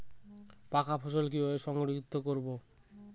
পাকা ফসল কিভাবে সংরক্ষিত করব?